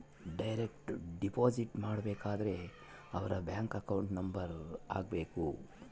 direct deposit ಮಾಡಬೇಕಾದರೆ ಅವರ್ bank account number ಹಾಕ್ಬೆಕು